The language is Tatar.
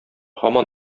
һаман